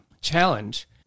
challenge